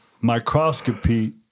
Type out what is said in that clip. microscopy